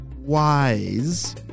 wise